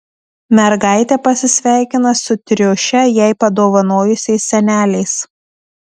mergaitė pasisveikina su triušę jai padovanojusiais seneliais